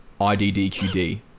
IDDQD